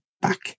back